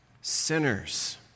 sinners